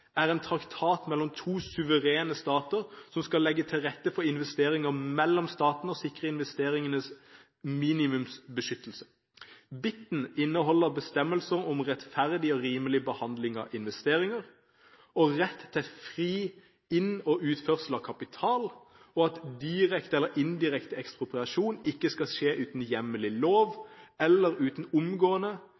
er en traktat mellom to suverene stater som skal legge til rette for investeringer mellom statene og sikre investeringer minimumsbeskyttelse. BIT-en inneholder bestemmelser om rettferdig og rimelig behandling av investeringer, om rett til fri inn- og utførsel av kapital, om at direkte eller indirekte ekspropriasjon ikke skal skje uten hjemmel i lov eller uten omgående,